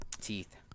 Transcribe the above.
teeth